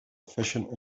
efficient